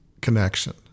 connection